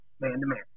man-to-man